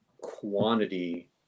quantity